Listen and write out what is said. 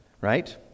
right